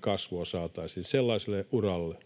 kasvu saataisi sellaiselle uralle,